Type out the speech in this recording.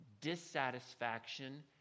dissatisfaction